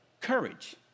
courage